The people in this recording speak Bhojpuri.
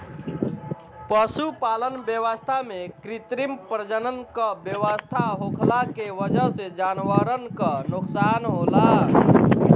पशुपालन व्यवस्था में कृत्रिम प्रजनन क व्यवस्था होखला के वजह से जानवरन क नोकसान होला